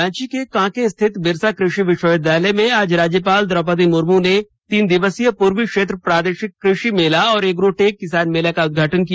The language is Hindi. रांची के कांके स्थित बिरसा कृषि विष्वविद्यालय में आज राज्यपाल द्रौपदी मुर्मू ने तीन दिवसीय पूर्वी क्षेत्र प्रादेषिक कृषि मेला और एग्रोटेक किसान मेला का उदघाटन किया